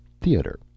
theater